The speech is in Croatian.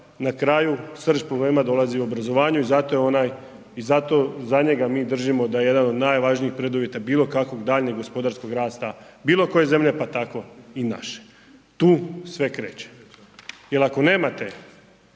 na kraju srž problema dolazi u obrazovanju i zato je onaj i zato za njega mi držimo da je jedan od najvažnijih preduvjeta bilo kakvog daljnjeg gospodarskog rasta bilo koje zemlje pa tako i naše. Tu sve kreće. Jel ako nemate